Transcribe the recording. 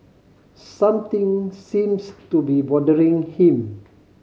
something seems to be bothering him